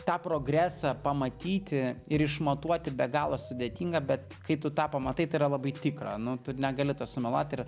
tą progresą pamatyti ir išmatuoti be galo sudėtinga bet kai tu tą pamatai tai yra labai tikra nu tu negali to sumeluot ir